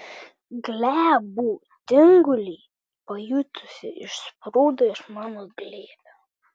glebų tingulį pajutusi išsprūdo iš mano glėbio